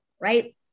right